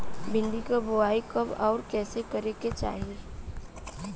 भिंडी क बुआई कब अउर कइसे करे के चाही?